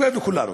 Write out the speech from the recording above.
כואב לכולנו.